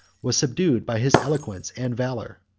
was subdued by his eloquence and valor.